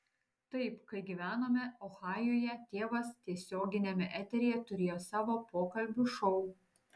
taip kai gyvenome ohajuje tėvas tiesioginiame eteryje turėjo savo pokalbių šou